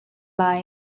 lai